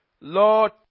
Lord